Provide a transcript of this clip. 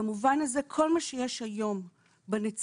במובן הזה, כל מה שיש היום בנציבות,